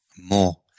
more